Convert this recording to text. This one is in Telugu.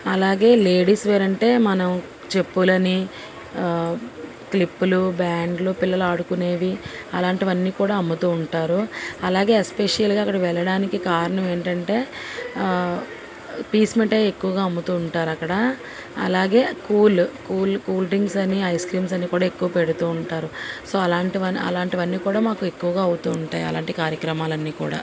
అలాగే లేడీస్ వేర్ అంటే మనం చెప్పులని క్లిప్పులు బ్యాండ్లు పిల్లలు ఆడుకునేవి అలాంటివన్నీ కూడా అమ్ముతూ ఉంటారు అలాగే ఎస్పేషల్గా అక్కడ వెళ్ళడానికి కారణం ఏంటంటే పీచు మిఠాయి ఎక్కువగా అమ్ముతూ ఉంటారు అక్కడ అలాగే కూల్ కూల్ కూల్ డ్రింక్స్ అని ఐస్ క్రీమ్స్ అని కూడా ఎక్కువ పెడుతూ ఉంటారు సో అలాంటివన్నీ అలాంటివన్నీ కూడా మాకు ఎక్కువగా అవుతూ ఉంటాయి అలాంటి కార్యక్రమాలన్నీ కూడా